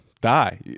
die